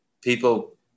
people